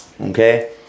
Okay